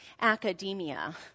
academia